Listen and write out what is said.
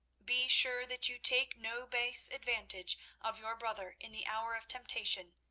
be sure that you take no base advantage of your brother in the hour of temptation,